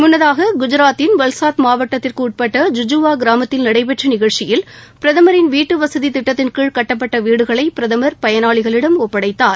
முன்னதாக குஜராத்தின் வல்சாத் மாவட்டத்திற்கு உட்பட்ட ஜுஜுவா கிராமத்தில் நடைபெற்ற நிகழ்ச்சியில் பிரதமரின் வீட்டுவசதி திட்டத்தின் கீழ் கட்டப்பட்ட வீடுகளை பிரதமர் பயனாளிகளிடம் ஒப்படைத்தார்